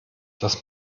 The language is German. das